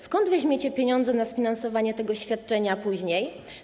Skąd weźmiecie pieniądze na sfinansowanie tego świadczenia później?